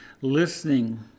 listening